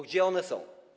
Gdzie one są?